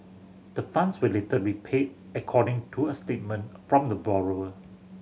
the funds were later repaid according to a statement from the borrower